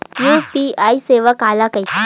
UPI सेवा काला कइथे?